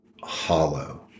hollow